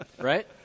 right